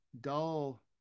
dull